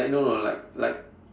like no no like like